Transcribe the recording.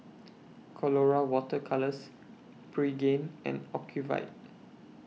Colora Water Colours Pregain and Ocuvite